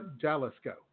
Jalisco